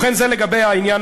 ובכן זה לגבי העניין,